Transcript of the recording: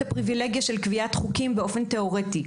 הפריווילגיה של קביעת חוקים באופן תיאורטי.